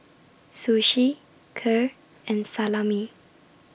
Sushi Kheer and Salami